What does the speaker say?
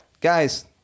guys